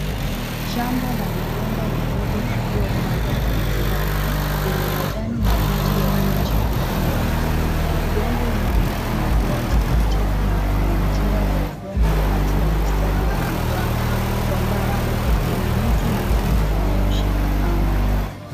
Shamba la migomba midogo iliyopandwa kwa mistari, yenye majani mabichi yaliyochipuka vizuri. Udongo unaonekana kuwa tifu tifu na kuna njia za udongo kati ya mistari ya migomba. Kwa mbali, kuna miti mingine inayoshika anga.